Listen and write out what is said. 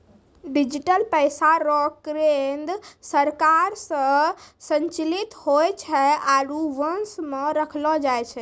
digital पैसा रो केन्द्र सरकार से संचालित हुवै छै आरु वश मे रखलो जाय छै